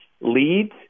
leads